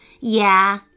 Yeah